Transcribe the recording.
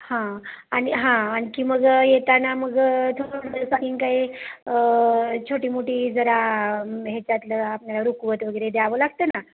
हां आणि हां आणखी मग येताना मग थोडंसं की काही छोटी मोठी जरा ह्याच्यातलं आपल्याला रुखवत वगैरे द्यावं लागतं ना